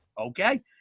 okay